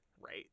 Right